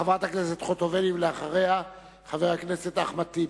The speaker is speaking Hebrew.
חברת הכנסת חוטובלי, ואחריה, חבר הכנסת אחמד טיבי.